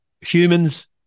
humans